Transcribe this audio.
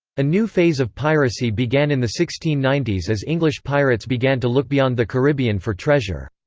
a new phase of piracy began in the sixteen ninety s as english pirates began to look beyond the caribbean for treasure.